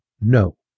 no